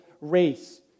race